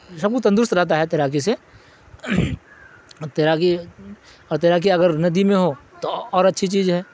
سب کو تندرست رہتا ہے تیراکی سے تیراکی اور تیراکی اگر ندی میں ہو تو اور اچھی چیز ہے